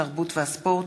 התרבות והספורט